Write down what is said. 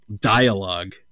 dialogue